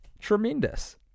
Tremendous